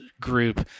group